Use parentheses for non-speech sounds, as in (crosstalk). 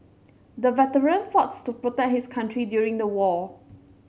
the veteran (unintelligible) to protect his country during the war